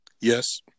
yes